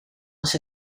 als